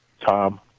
Tom